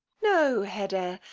no, hedda,